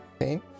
Okay